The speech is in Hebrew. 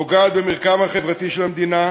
פוגעת במרקם החברתי של המדינה,